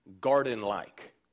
garden-like